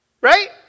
right